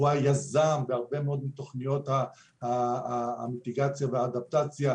הוא היזם בהרבה מאוד מתוכניות המיטיגציה והאדפטציה,